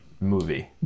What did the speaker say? movie